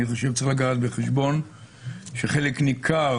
אני חושב שצריך לקחת בחשבון שחלק ניכר